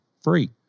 free